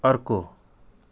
अर्को